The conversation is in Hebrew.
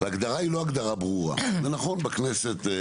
ההגדרה היא לא הגדרה ברורה, זה נכון בכנסת.